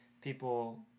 people